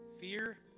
fear